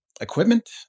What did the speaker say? equipment